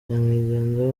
nyamwigendaho